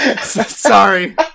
Sorry